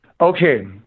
Okay